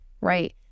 right